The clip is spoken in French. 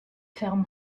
ferme